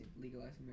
legalizing